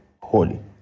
holy